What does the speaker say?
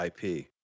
IP